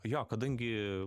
jo kadangi